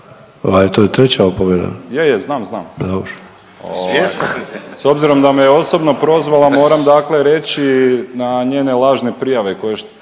to je treća opomena./… je, je, znam, znam, s obzirom da me je osobno prozvala moram dakle reći na njene lažne prijave koje stalno